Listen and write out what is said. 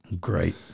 Great